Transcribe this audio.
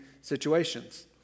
situations